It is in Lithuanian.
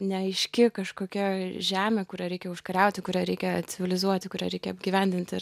neaiški kažkokia žemė kurią reikia užkariauti kurią reikia civilizuoti kurią reikia apgyvendinti ir